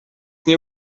nie